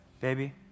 Baby